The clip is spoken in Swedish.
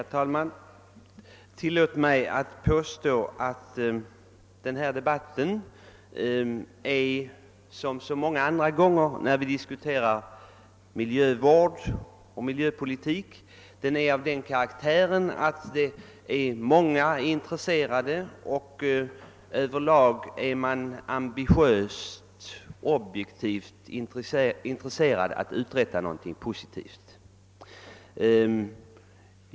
Herr talman! Tillåt mig påstå att denna debatt — som så många andra gånger när vi diskuterar miljövård och miljöpolitik — är av den karaktären att många är intresserade av den, intresserade av att ambitiöst och objektivt uträtta någonting positivt.